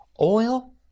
Oil